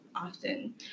often